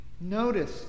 Notice